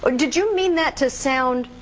ah did you mean that to sound